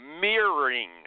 mirroring